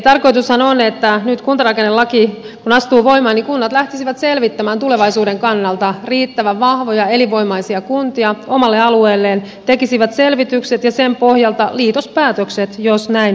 tarkoitushan on että nyt kun kuntarakennelaki astuu voimaan kunnat lähtisivät selvittämään tulevaisuuden kannalta riittävän vahvoja elinvoimaisia kuntia omalle alueelleen tekisivät selvitykset ja sen pohjalta liitospäätökset jos näin katsovat